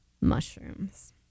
mushrooms